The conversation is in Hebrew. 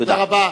תודה רבה.